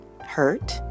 Hurt